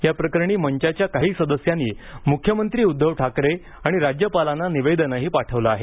या प्रकरणी मंचाच्या काही सदस्यांनी मुख्यमंत्री उद्धव ठाकरे आणि राज्यपालांना निवेदनही पाठवले आहे